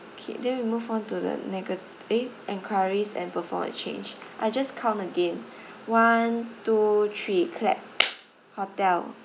okay then we move on to the nega~ eh enquiries and perform a change I just count again one two three clap hotel